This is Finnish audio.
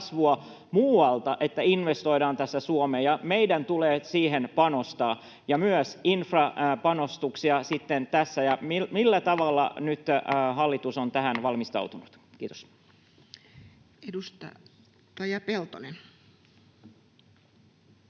muualta, että investoidaan Suomeen. Meidän tulee siihen panostaa, myös infrapanostuksia. Millä tavalla hallitus on nyt tähän valmistautunut? — Kiitos. [Speech